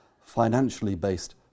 financially-based